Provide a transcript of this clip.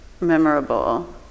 memorable